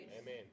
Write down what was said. Amen